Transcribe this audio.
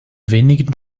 wenigen